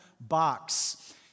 box